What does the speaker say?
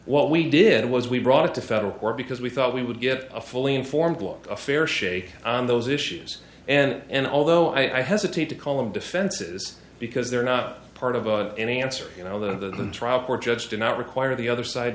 what we did was we brought it to federal court because we thought we would get a fully informed law a fair shake on those issues and although i hesitate to call them defenses because they're not part of a any answer you know the trial court judge did not require the other side